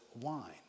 wine